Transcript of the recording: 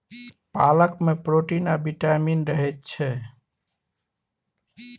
पालक मे प्रोटीन आ बिटामिन रहय छै